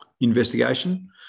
investigation